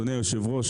אדוני היושב-ראש,